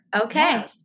Okay